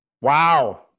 Wow